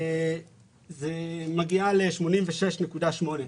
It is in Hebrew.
היא מגיעה ל-86.8.